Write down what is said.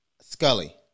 Scully